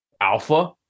Alpha